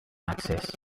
excés